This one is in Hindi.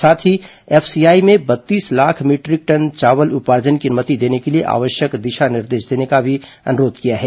साथ ही एफसीआई में बत्तीस लाख मीटरिक टन चावल उपार्जन की अनुमति देने के लिए आवश्यक दिशा निर्देश देने का भी अनुरोध किया है